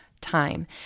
time